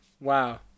Wow